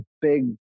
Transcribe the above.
big